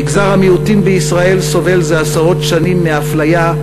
מגזר המיעוטים בישראל סובל זה עשרות שנים מאפליה,